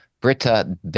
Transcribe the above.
Britta